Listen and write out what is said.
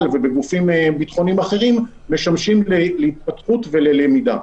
ובגופים ביטחוניים אחרים משמשים להתפתחות וללמידה.